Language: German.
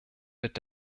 mit